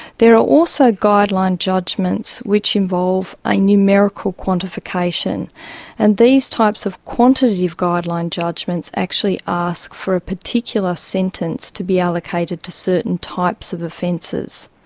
there are also guideline judgments which involve a numerical quantification and these types of quantitative guideline judgements actually ask for a particular sentence to be allocated to certain types of offences.